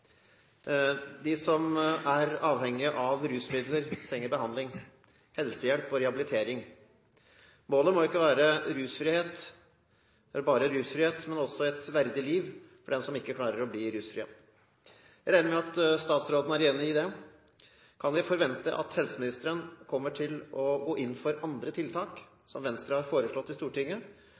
rehabilitering. Målet må ikke bare være rusfrihet, men også et verdig liv for dem som ikke klarer å bli rusfrie. Jeg regner med at statsråden er enig i det. Kan vi forvente at helseministeren kommer til å gå inn for andre tiltak som Venstre har foreslått i Stortinget,